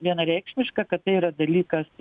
vienareikšmiška kad tai yra dalykas